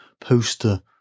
poster